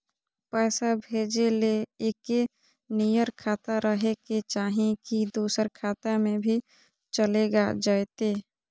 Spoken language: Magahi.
पैसा भेजे ले एके नियर खाता रहे के चाही की दोसर खाता में भी चलेगा जयते?